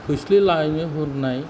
खोस्लि लायनो होननाय